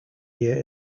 year